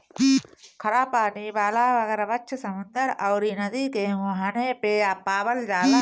खरा पानी वाला मगरमच्छ समुंदर अउरी नदी के मुहाने पे पावल जाला